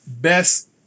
best